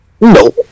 No